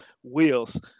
wheels